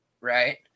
right